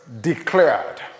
declared